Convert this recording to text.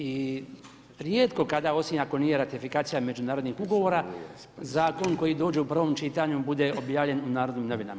I rijetko kada osim ako nije ratifikacija međunarodnih ugovora zakon koji dođe u prvom čitanju bude objavljen u Narodnim novinama.